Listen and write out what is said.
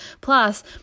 Plus